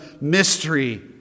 mystery